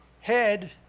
head